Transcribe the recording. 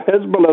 Hezbollah